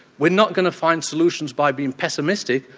we're not going to find solutions by being pessimistic.